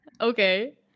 okay